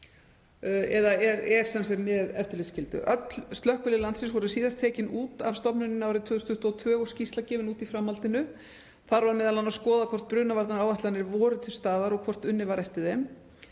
er sem sagt með eftirlitsskyldu. Öll slökkvilið landsins voru síðast tekin út af stofnuninni árið 2022 og skýrsla gefin út í framhaldinu. Þar var m.a. skoðað hvort brunavarnaáætlanir væru til staðar og hvort unnið væri eftir þeim.